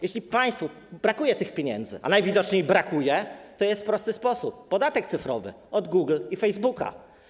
Jeśli państwu brakuje tych pieniędzy, a najwidoczniej brakuje, to jest prosty sposób - podatek cyfrowy od Google i Facebooka.